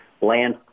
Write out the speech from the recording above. land